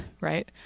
right